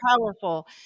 powerful